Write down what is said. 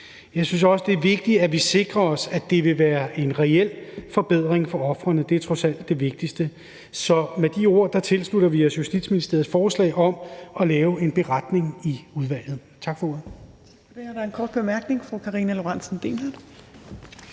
Jeg synes også, det er vigtigt, at vi sikrer os, at det vil være en reel forbedring for ofrene; det er trods alt det vigtigste. Så med de ord tilslutter vi os justitsministerens forslag om at lave en beretning i udvalget. Tak for ordet.